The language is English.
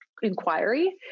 inquiry